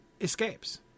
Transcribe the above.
escapes